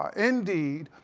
ah indeed,